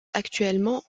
actuellement